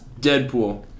Deadpool